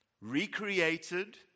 Recreated